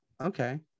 Okay